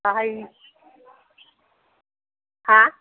बाहाय हा